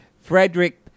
Frederick